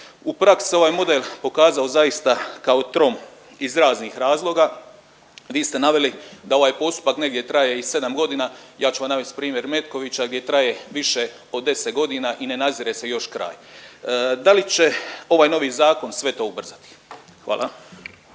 U praksi se ovaj model pokazao zaista kao trom iz raznih razloga. Vi ste naveli da ovaj postupak negdje traje i 7 godina. Ja ću vam navesti primjer Metkovića gdje traje više od 10 godina i ne nazire se još kraj. Da li će ovaj novi zakon ovo sve ubrzati? Hvala.